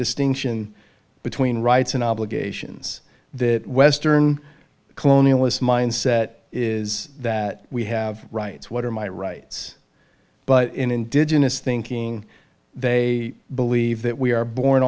distinction between rights and obligations that western colonialist mindset is that we have rights what are my rights but in indigenous thinking they believe that we are born